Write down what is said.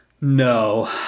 no